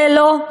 זה לא,